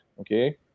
Okay